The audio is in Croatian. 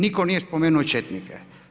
Nitko nije spomenuo četnike.